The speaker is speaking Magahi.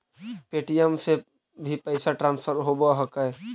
पे.टी.एम से भी पैसा ट्रांसफर होवहकै?